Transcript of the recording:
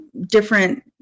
different